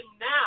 now